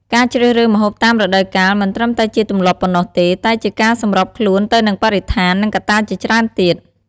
ការជ្រើសរើសម្ហូបតាមរដូវកាល មិនត្រឹមតែជាទម្លាប់ប៉ុណ្ណោះទេ តែជាការសម្របខ្លួនទៅនឹងបរិស្ថាន និងកត្តាជាច្រើនទៀត